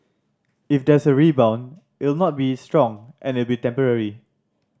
if there's a rebound it'll not be strong and it'll be temporary